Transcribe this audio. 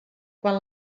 quan